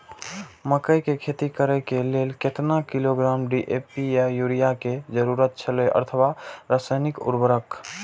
मकैय के खेती करे के लेल केतना किलोग्राम डी.ए.पी या युरिया के जरूरत छला अथवा रसायनिक उर्वरक?